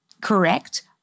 correct